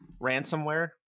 ransomware